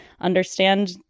understand